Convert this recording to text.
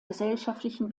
gesellschaftlichen